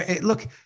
look